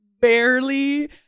barely